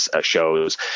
shows